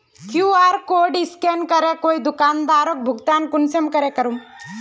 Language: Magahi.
कियु.आर कोड स्कैन करे कोई दुकानदारोक भुगतान कुंसम करे करूम?